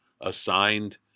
assigned